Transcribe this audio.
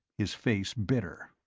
his face bitter.